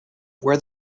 where